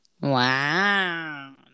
Wow